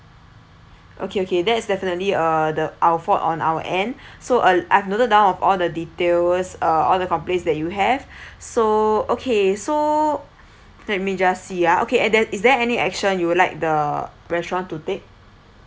okay okay that's definitely uh the our fault on our end so uh I've noted down of all the details uh all the complaints that you have so okay so let me just see ah okay at that is there any action you'd like the restaurant to take